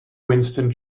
winston